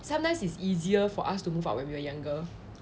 sometimes it's easier for us to move out when we were younger